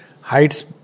heights